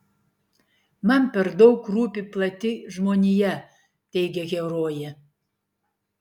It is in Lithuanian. man per daug rūpi plati žmonija teigia herojė